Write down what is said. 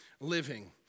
living